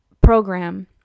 program